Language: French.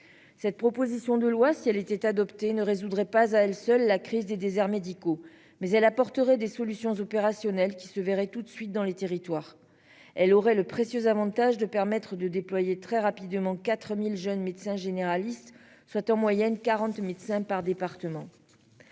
Cette proposition de loi, si elle était adoptée, ne résoudrait pas à elle seule la crise des déserts médicaux mais elle apporterait des solutions opérationnelles qui se verrait tout de suite dans les territoires. Elle aurait le précieux Avantage de permettre de déployer très rapidement 4000 jeunes médecins généralistes, soit en moyenne 40 médecins par département.